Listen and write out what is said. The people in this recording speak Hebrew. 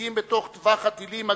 מצויים בתוך טווח הטילים הגרעיניים,